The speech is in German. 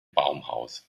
baumhaus